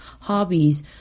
hobbies